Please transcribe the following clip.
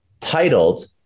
titled